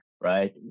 right